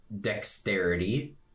dexterity